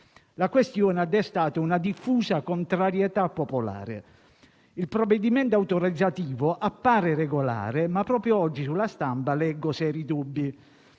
La questione ha destato una diffusa contrarietà popolare. Il provvedimento autorizzativo appare regolare, ma proprio oggi sulla stampa leggo seri dubbi.